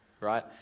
right